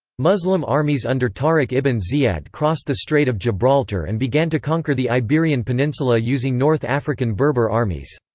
muslim armies under tariq ibn ziyad crossed the strait of gibraltar and began to conquer the iberian peninsula using north african berber armies.